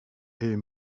est